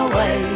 Away